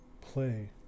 play